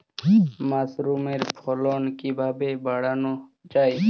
মাসরুমের ফলন কিভাবে বাড়ানো যায়?